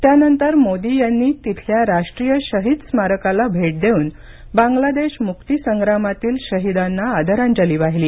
त्यानंतर मोदी यांनी तिथल्या राष्ट्रीय शहीद स्मारकाला भेट देऊन बांग्लादेश मुक्ती संग्रामातील शहीदांना आदरांजली वाहिली